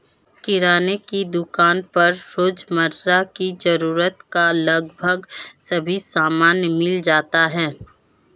किराने की दुकान पर रोजमर्रा की जरूरत का लगभग सभी सामान मिल जाता है